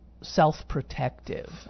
self-protective